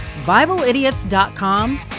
Bibleidiots.com